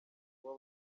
kuba